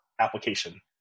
application